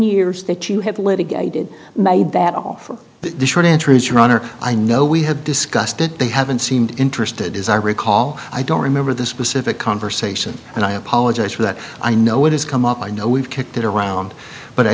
years that you have litigated made that offer the short answer is your honor i know we have discussed it they haven't seemed interested as i recall i don't remember the specific conversation and i apologize for that i know it has come up i know we've kicked it around but i